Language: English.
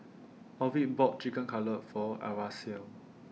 Ovid bought Chicken Cutlet For Aracely